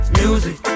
music